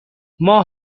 ماه